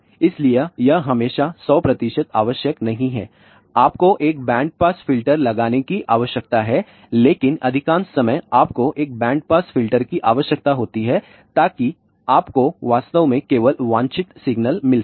तो इसीलिए यह हमेशा सौ प्रतिशत आवश्यक नहीं है आपको एक बैंड पास फिल्टर लगाने की आवश्यकता है लेकिन अधिकांश समय आपको एक बैंड पास फिल्टर की आवश्यकता होती है ताकि आपको वास्तव में केवल वांछित सिग्नल मिल सके